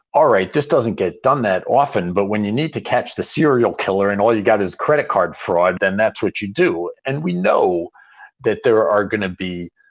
all right. this doesn't get done that often, but when you need to catch the serial killer and all you've got his credit card fraud, then that's what you do. and we know that there are going to be,